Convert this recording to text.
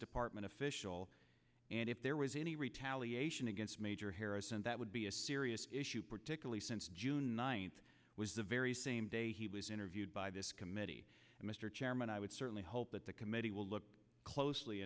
department official and if there was any retaliation against major harrison that would be a serious issue particularly since june ninth was the very same day he was interviewed by this committee mr chairman i would certainly hope that the committee will look closely